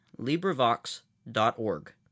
LibriVox.org